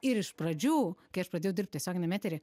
ir iš pradžių kai aš pradėjau dirbt tiesioginiam etery